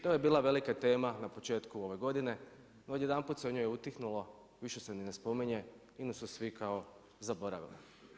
To je bila velika tema na početku ove godine, no odjedanput se o njoj utihnulo, više se ni ne spominje, INA-u su svi kao zaboravili.